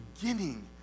beginning